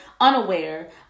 unaware